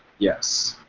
yes.